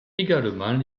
également